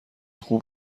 خوب